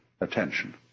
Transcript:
attention